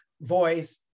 voice